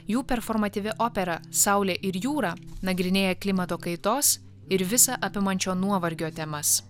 jų performatyvi opera saulė ir jūra nagrinėja klimato kaitos ir visa apimančio nuovargio temas